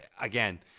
again